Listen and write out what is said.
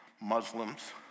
Muslims